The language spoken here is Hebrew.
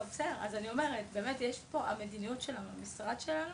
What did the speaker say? אז אני אומרת, המדיניות שהמשרד שלנו